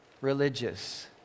religious